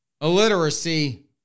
Illiteracy